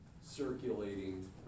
circulating